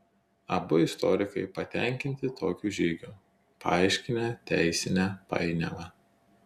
abu istorikai patenkinti tokiu žygiu paaiškinę teisinę painiavą